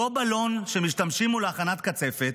אותו בלון שמשתמשים בו להכנת קצפת,